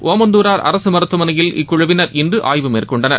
ஒமந்தூரார் அரசு மருத்துவமனையில் இக்குழுவினர் இன்று ஆய்வு மேற்கொண்டனர்